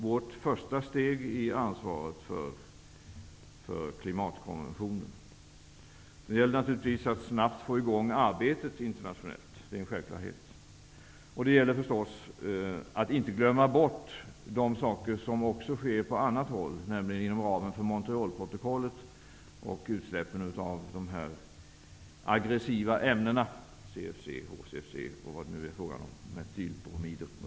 Vårt första steg är ansvaret för klimatkonventionen. Sedan gäller det naturligtvis att snabbt få i gång arbetet internationellt. Det är en självklarhet. Det gäller för den skull förstås att inte glömma bort vad som sker på annat håll, nämligen inom ramen för Montrealprotokollet och beträffande utsläppen av de aggressiva ämnena CFC, HCFC, metylbromider m.m.